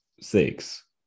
six